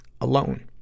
Alone